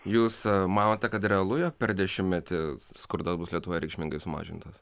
jūs manote kad realu jog per dešimtmetį skurdas bus lietuva reikšmingai sumažintas